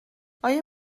آیا